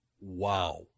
Wow